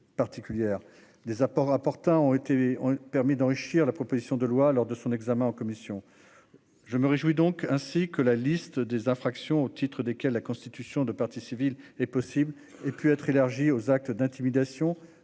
des apports importants ont été ont permis d'enrichir la proposition de loi lors de son examen en commission, je me réjouis donc ainsi que la liste des infractions au titre desquels la constitution de partie civile est possible et puis être élargi aux actes d'intimidation